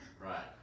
Right